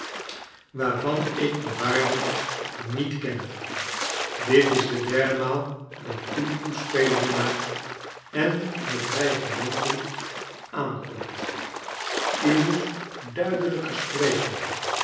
waarvan ik de waarde niet ken dit is de derde maal dat u toespelingen maakt en met dieigementen aankomt u moet duidelijker spreken